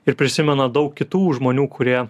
ir prisimena daug kitų žmonių kurie